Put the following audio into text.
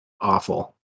awful